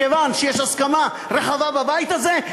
כיוון שיש הסכמה רחבה בבית הזה,